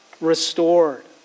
restored